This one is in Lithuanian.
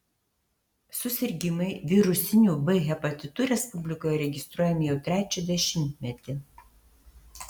susirgimai virusiniu b hepatitu respublikoje registruojami jau trečią dešimtmetį